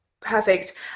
perfect